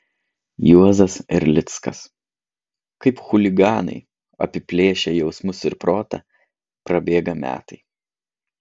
juozas erlickas kaip chuliganai apiplėšę jausmus ir protą prabėga metai